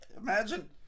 Imagine